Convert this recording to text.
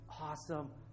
awesome